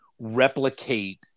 replicate